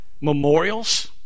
Memorials